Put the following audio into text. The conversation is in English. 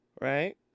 Right